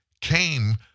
came